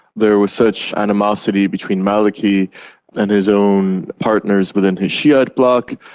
there was such animosity between maliki and his own partners within his shi'ite bloc,